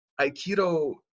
Aikido